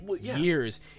years